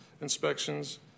inspections